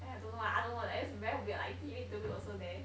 eh I don't know lah I don't know it's just very weird lah david dobrik was also there